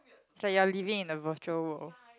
is like you're living in the virtual world